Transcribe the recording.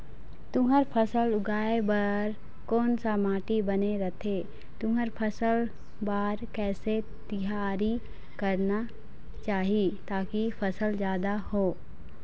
तुंहर फसल उगाए बार कोन सा माटी बने रथे तुंहर फसल बार कैसे तियारी करना चाही ताकि फसल जादा हो?